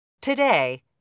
Today